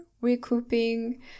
recouping